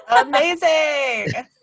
amazing